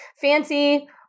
Fancy